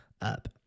up